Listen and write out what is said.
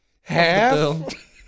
Half